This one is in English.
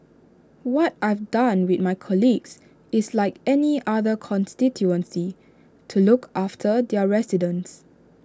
what I've done with my colleagues is like any other constituency to look after their residents